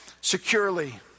securely